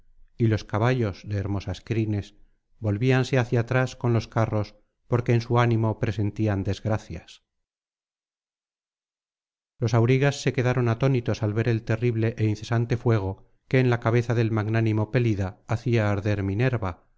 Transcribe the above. y los caballos de hermosas crines volvíanse hacia atrás con los carros porque en su ánimo presentían desgracias los aurigas se quedaron atónitos al ver el terrible é incesante fuego que en la cabeza del magnánimo pelida hacía arder minerva